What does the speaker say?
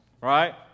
Right